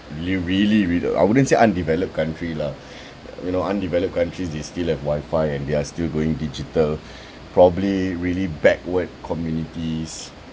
really really real~ I wouldn't say undeveloped country lah you know undeveloped countries they still have WiFi and they're still going digital probably really backward communities